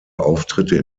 auftritte